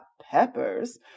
peppers